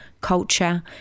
culture